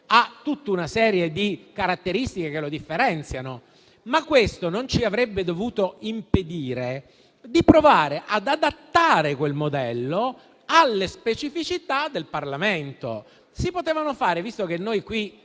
ha tutta una serie di caratteristiche che lo differenziano, ma questo non ci avrebbe dovuto impedire di provare ad adattare quel modello alle specificità del Parlamento. Visto che noi qui,